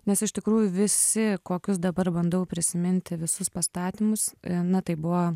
nes iš tikrųjų visi kokius dabar bandau prisiminti visus pastatymus na tai buvo